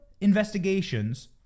investigations